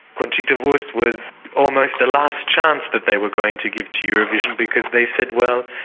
conchita wurst was almost a last chance that they were going to give to eurovision because they said, well,